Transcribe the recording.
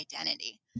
identity